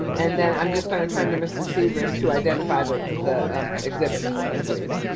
and then i'm just gonna turn to mr. sievers to identify the, the exhibits for us, please.